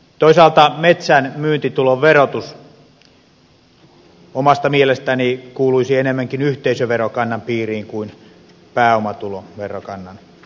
toisaalta metsän myyntitulon verotus omasta mielestäni kuuluisi enemmänkin yhteisöverokannan piiriin kuin pääomatuloverokannan piiriin